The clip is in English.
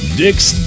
dicks